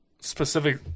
specific